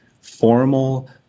formal